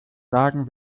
sagen